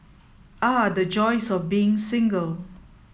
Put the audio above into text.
ah the joys of being single